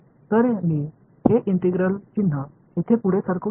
तर मी हे इंटिग्रल चिन्ह येथे पुढे सरकवू शकतो